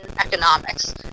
economics